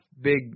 big